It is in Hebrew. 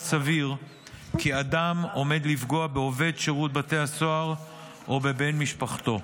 סביר כי אדם עומד לפגוע בעובד שירות בתי הסוהר או בבן משפחתו.